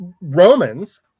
Romans